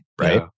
right